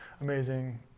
amazing